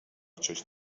cześć